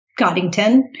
Goddington